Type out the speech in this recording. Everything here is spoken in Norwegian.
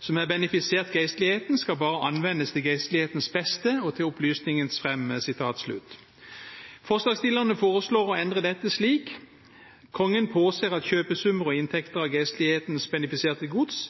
som er benefisert geistligheten, skal bare anvendes til geistlighetens beste og til opplysningens fremme.» Forslagsstillerne foreslår å endre dette slik: «Kongen påser at kjøpesummer og inntekter av geistlighetens benefiserte gods